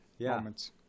moments